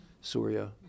Surya